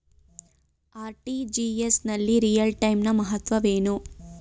RTGS ನಲ್ಲಿ real time ನ ಮಹತ್ವವೇನು?